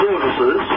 services